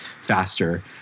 faster